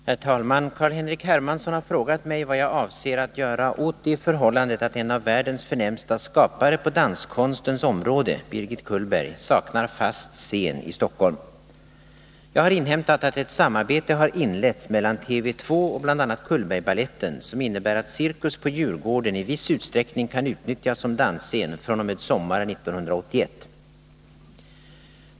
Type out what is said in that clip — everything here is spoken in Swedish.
Herr talman! Carl-Henrik Hermansson har frågat mig vad jag avser att göra åt det förhållandet att en av världens förnämsta skapare på danskonstens område, Birgit Cullberg, saknar fast scen i Stockholm. Jag har inhämtat att ett samarbete har inletts mellan TV 2 och bl.a. Cullbergbaletten som innebär att Cirkus på Djurgården i viss utsträckning kan utnyttjas som dansscen fr.o.m. sommaren 1981.